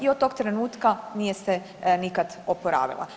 I od tog trenutka nije se nikad oporavila.